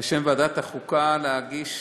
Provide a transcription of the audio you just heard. בשם ועדת החוקה, להגיש